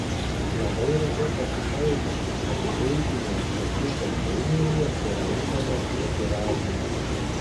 labai retai pasitaiko kad buitinių atliekų konteineryje surandame tokį radinį